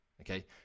okay